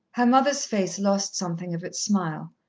her mother's face lost something of its smile.